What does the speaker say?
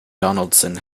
donaldson